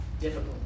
difficult